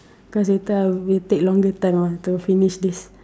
because later we'll take longer time ah to finish this